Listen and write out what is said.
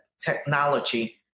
technology